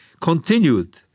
continued